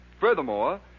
Furthermore